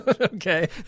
Okay